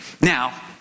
Now